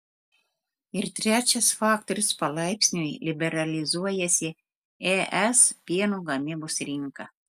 ir trečias faktorius palaipsniui liberalizuojasi es pieno gamybos rinka